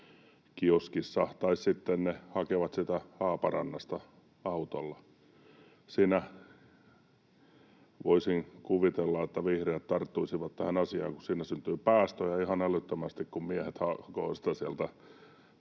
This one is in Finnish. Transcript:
tai sitten he hakevat sitä Haaparannasta autolla. Voisin kuvitella, että vihreät tarttuisivat tähän asiaan, kun siinä syntyy päästöjä ihan älyttömästi, kun miehet hakevat sitä